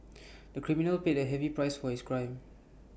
the criminal paid A heavy price for his crime